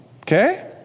Okay